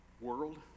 world